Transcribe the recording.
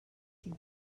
they